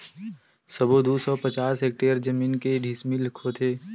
सबो दू सौ पचास हेक्टेयर जमीन के डिसमिल होथे?